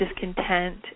discontent